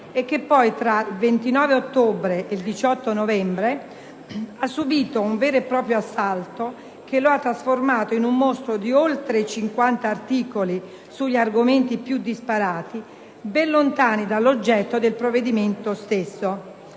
e che poi, tra il 29 ottobre e il 18 novembre, ha subito un vero proprio assalto, che lo ha trasformato in un mostro di oltre 50 articoli, sugli argomenti più disparati, ben lontani dal suo oggetto.